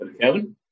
Kevin